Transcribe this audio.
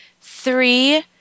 three